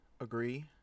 agree